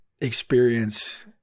experience